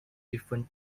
different